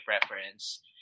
preference